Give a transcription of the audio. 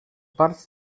parts